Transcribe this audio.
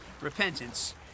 repentance